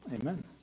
Amen